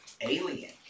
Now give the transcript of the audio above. alien